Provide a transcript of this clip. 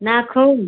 नाख़ून